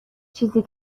چیزی